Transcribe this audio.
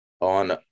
on